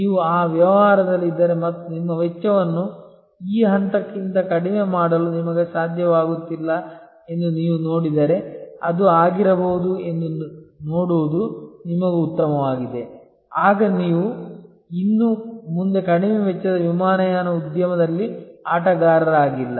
ನೀವು ಆ ವ್ಯವಹಾರದಲ್ಲಿದ್ದರೆ ಮತ್ತು ನಿಮ್ಮ ವೆಚ್ಚವನ್ನು ಈ ಹಂತಕ್ಕಿಂತ ಕಡಿಮೆ ಮಾಡಲು ನಿಮಗೆ ಸಾಧ್ಯವಾಗುತ್ತಿಲ್ಲ ಎಂದು ನೀವು ನೋಡಿದರೆ ಅದು ಆಗಿರಬಹುದು ಎಂದು ನೋಡುವುದು ನಿಮಗೆ ಉತ್ತಮವಾಗಿದೆ ಆಗ ನೀವು ಇನ್ನು ಮುಂದೆ ಕಡಿಮೆ ವೆಚ್ಚದ ವಿಮಾನಯಾನ ಉದ್ಯಮದಲ್ಲಿ ಆಟಗಾರರಾಗಿಲ್ಲ